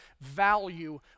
value